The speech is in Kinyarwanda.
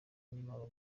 nyuma